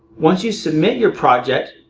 once you submit your project,